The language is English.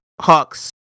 Hawks